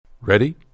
Ready